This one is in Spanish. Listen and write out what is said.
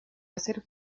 hacer